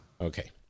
Okay